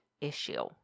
issue